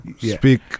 speak